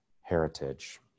heritage